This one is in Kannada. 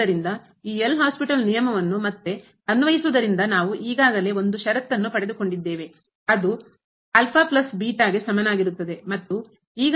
ಆದ್ದರಿಂದ ಈ ಎಲ್ ಹಾಸ್ಪಿಟಲ್ ನಿಯಮವನ್ನು ಮತ್ತೆ ಅನ್ವಯಿಸುವುದರಿಂದ ನಾವು ಈಗಾಗಲೇ ಒಂದು ಷರತ್ತನ್ನು ಪಡೆದುಕೊಂಡಿದ್ದೇವೆ ಗೆ ಸಮಾನವಾಗಿರುತ್ತದೆ